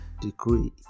Degree